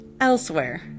elsewhere